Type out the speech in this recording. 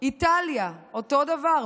איטליה, אותו דבר.